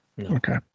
Okay